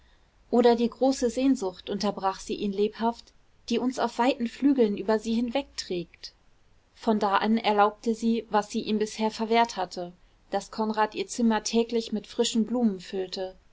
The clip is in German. oder die große sehnsucht unterbrach sie ihn lebhaft die uns auf weiten flügeln über sie hinwegträgt von da an erlaubte sie was sie ihm bisher verwehrt hatte daß konrad ihr zimmer täglich mit frischen blumen füllte